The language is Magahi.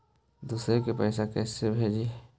दुसरे के पैसा कैसे भेजी?